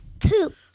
Poop